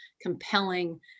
compelling